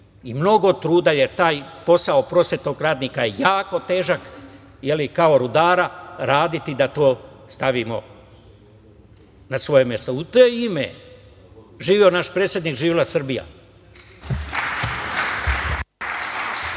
mnogo truda, jer taj posao prosvetnog radnika je jako težak, kao rudara, raditi da to stavimo na svoje mesto.U to ime, živeo naš predsednik, živela Srbija.